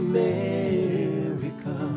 America